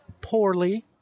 poorly